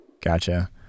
gotcha